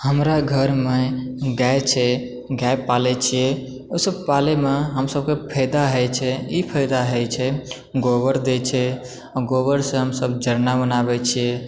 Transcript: हमरा घरमे गै छै गै पालैत छियै ओहिसभ पालयमे हम सभके फायदा होइत छै ई फायदा होइत छै गोबर दय छै गोबरसँ हमसभ जरना बनाबय छियै